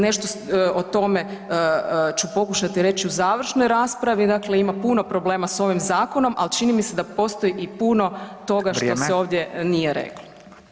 Nešto o tome ću pokušati reći u završnoj raspravi, dakle ima puno problema s ovim zakonom, ali čini mi se da postoji i puno toga što se ovdje nije reklo.